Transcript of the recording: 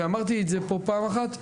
ואמרתי את פה פעם אחת.